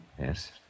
Yes